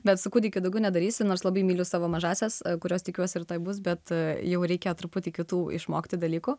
bet su kūdikiu daugiau nedarysiu nors labai myliu savo mažąsias kurios tikiuosi rytoj bus bet jau reikia truputį kitų išmokti dalykų